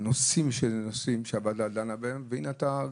איך